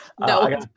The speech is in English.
No